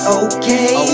okay